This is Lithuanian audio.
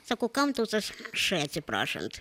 sako kam tau tas š atsiprašant